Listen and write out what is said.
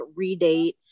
redate